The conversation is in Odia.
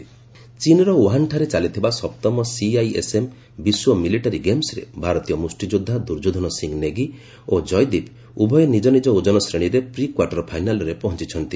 ବକ୍ସିଂ ଚୀନ୍ର ଉହାନଠାରେ ଚାଲିଥିବା ସପ୍ତମ ସିଆଇଏସ୍ଏମ୍ ବିଶ୍ୱ ମିଲିଟାରୀ ଗେମ୍ସରେ ଭାରତୀୟ ମୁଷ୍ଟିଯୋଦ୍ଧା ଦୁର୍ଯ୍ୟୋଧନ ସିଂହ ନେଗି ଓ ଜୟଦୀପ ଉଭୟ ନିକନିକ ଓଜନ ଶ୍ରେଣୀରେ ପ୍ରିକ୍ୱାର୍ଟର ଫାଇନାଲ୍ରେ ପହଞ୍ଚୁଛନ୍ତି